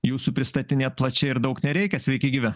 jūsų pristatinėt plačiai ir daug nereikia sveiki gyvi